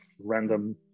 random